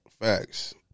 Facts